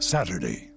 Saturday